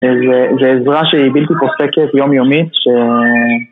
זה עזרה שהיא בלתי פוסקת יומיומית